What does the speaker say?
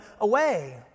away